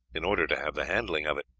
in order to have the handling of it.